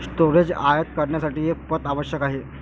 storage आयात करण्यासाठी पथ आवश्यक आहे